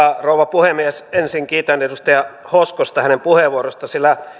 puhemies ensin kiitän edustaja hoskosta hänen puheenvuorostaan sillä